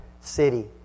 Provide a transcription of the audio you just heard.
city